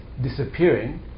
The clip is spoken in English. disappearing